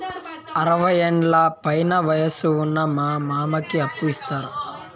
అరవయ్యేండ్ల పైన వయసు ఉన్న మా మామకి అప్పు ఇస్తారా